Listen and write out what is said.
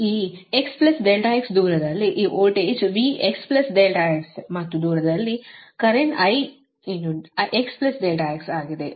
ಈ x ∆x ದೂರದಲ್ಲಿ ಈ ವೋಲ್ಟೇಜ್ V x ∆x ಮತ್ತು ದೂರದಲ್ಲಿ ಕರೆಂಟ್ I x ∆x ಆಗಿದೆ